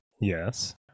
yes